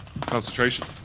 concentration